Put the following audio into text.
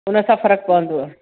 हुनसां फ़र्क़ु पवंदव